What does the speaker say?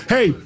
Hey